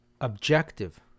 objective